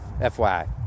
fyi